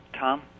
Tom